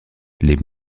les